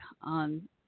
on